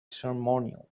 ceremonial